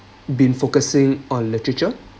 been focusing on literature